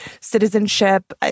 citizenship